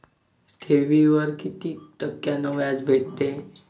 ठेवीवर कितीक टक्क्यान व्याज भेटते?